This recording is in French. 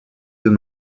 deux